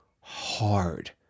hard